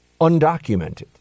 undocumented